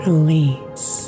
Release